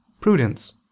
prudence